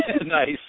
Nice